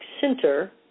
center